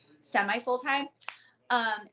semi-full-time